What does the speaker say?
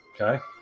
okay